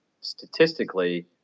statistically